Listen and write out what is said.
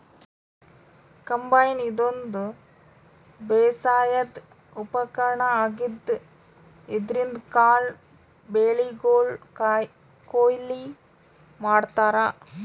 combine ಇದೊಂದ್ ಬೇಸಾಯದ್ ಉಪಕರ್ಣ್ ಆಗಿದ್ದ್ ಇದ್ರಿನ್ದ್ ಕಾಳ್ ಬೆಳಿಗೊಳ್ ಕೊಯ್ಲಿ ಮಾಡ್ತಾರಾ